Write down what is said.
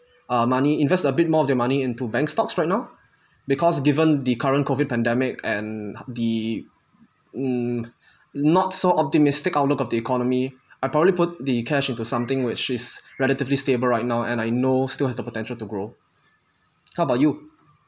uh money invest a bit more of their money into bank stocks right now because given the current COVID pandemic and the mm not so optimistic outlook of the economy I probably put the cash into something which is relatively stable right now and I know still has the potential to grow how about you